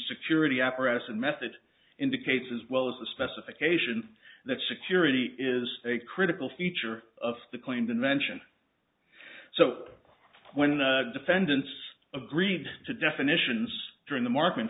security apparatus and method indicates as well as the specification that security is a critical feature of the claimed invention so when defendants agreed to definitions during the marking